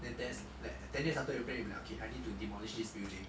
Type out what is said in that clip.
then there's like ten years after you plan then you like okay I need to demolish this building